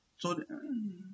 so